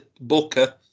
Booker